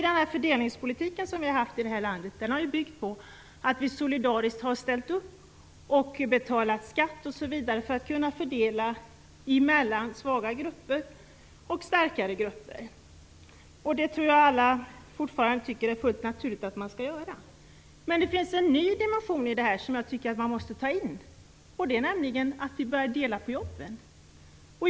Den fördelningspolitik som vi har haft i det här landet har byggt på att vi solidariskt har ställt upp och betalat skatt osv. för att kunna fördela medlen mellan svagare och starkare grupper. Det tror jag att alla fortfarande tycker är fullt naturligt att man skall göra. Men det finns en ny dimension i detta, som jag tycker att man måste ta in i diskussionen. Det är att vi borde börja dela på jobben.